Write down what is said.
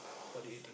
what do you think